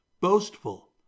boastful